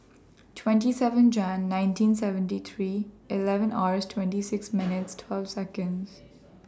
twenty seven Jane nineteen seventy three eleven Or twenty six minute twelve Seconds